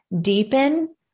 deepen